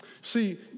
See